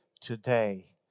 today